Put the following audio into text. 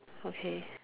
okay